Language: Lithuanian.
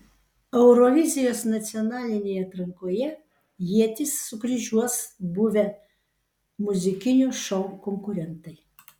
eurovizijos nacionalinėje atrankoje ietis sukryžiuos buvę muzikinio šou konkurentai